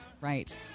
Right